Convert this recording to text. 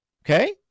Okay